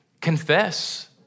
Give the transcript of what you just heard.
Confess